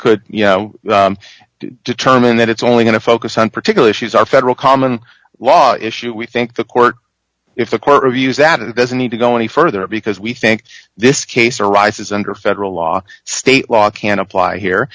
could you know determine that it's only going to focus on particular issues our federal common law issue we think the court if the court reviews that it doesn't need to go any further because we think this case arises under federal law state law can apply here